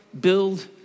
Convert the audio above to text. build